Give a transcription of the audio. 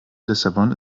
lissabon